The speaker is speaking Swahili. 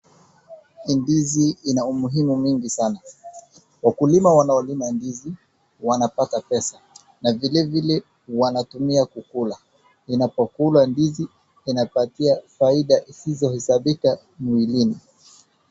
Ndizi ina umuhimu mwingi sana. Wakulima wanaolima ndizi wanapata pesa na vilevile wanatumia kukula. Inapokulwa ndizi inapatia faida zisizohesabika mwilini.